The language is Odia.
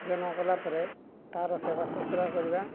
ଜନ୍ମ କଲାପରେ ତା'ର ସେବା ଶୁଶୁରା କରିବା